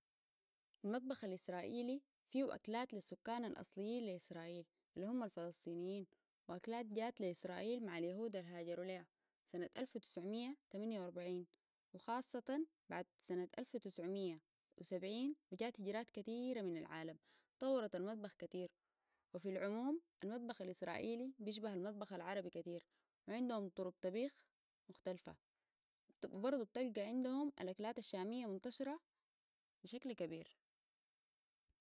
المطبخ الإسرائيلي فيه أكلات للسكان الأصليين لإسرائيل اللي هم الفلسطينيين وأكلات جات لإسرائيل مع اليهود الهاجروليها سنة الف وتسعميه تمنيه واربعين وخاصة بعد سنة الف وتسعميه وسبعين وجات هجرات كتيرة من العالم طورت المطبخ كثيروفي العموم المطبخ الإسرائيلي بيشبه المطبخ العربي كتير وعندهم طرق طبيخ مختلفه وبرضو بتلقى عندهم الأكلات الشامية منتشرة بشكل كبير.